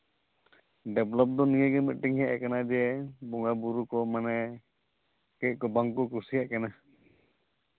develop ᱫᱚ ᱱᱤᱭᱟᱹᱜᱮ ᱢᱤᱫᱴᱤᱱ ᱦᱮᱡ ᱟᱠᱟᱱᱟ ᱡᱮ ᱵᱚᱸᱜᱟᱼᱵᱩᱨᱩ ᱠᱚ ᱢᱟᱱᱮ ᱪᱮᱫ ᱠᱚ ᱵᱟᱝ ᱠᱚ ᱠᱩᱥᱤᱭᱟᱜ ᱠᱟᱱᱟ